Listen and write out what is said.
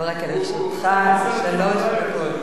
לרשותך שלוש דקות.